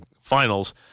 finals